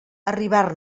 arribar